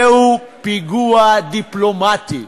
זהו פיגוע דיפלומטי.